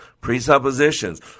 Presuppositions